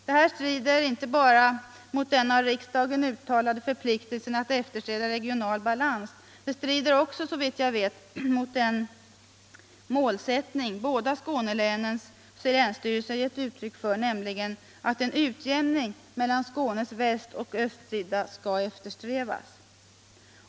Detta strider inte bara mot den av riksdagen uttalade förpliktelsen att eftersträva regional balans. Det strider också, såvitt jag vet, mot den målsättning båda Skånelänens länsstyrelser gett uttryck för, nämligen att en utjämning mellan Skånes västoch östsidor skall eftersträvas.